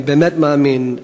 אני באמת מאמין,